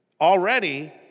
already